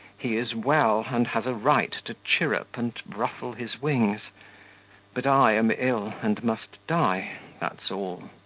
he is well and has a right to chirrup and ruffle his wings but i am ill and must die that's all.